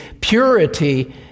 purity